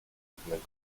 jednego